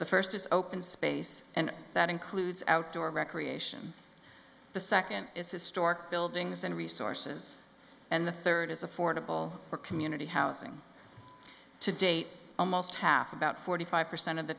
the first is open space and that includes outdoor recreation the second is historic buildings and resources and the third is affordable for community housing to date almost half about forty five percent of the